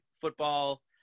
football